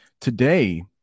Today